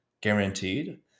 guaranteed